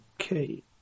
Okay